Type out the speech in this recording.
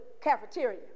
Cafeteria